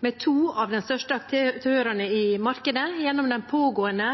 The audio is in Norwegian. med to av de største aktørene i markedet gjennom de pågående